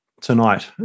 tonight